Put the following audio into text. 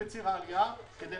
כדי להקטין את הצורך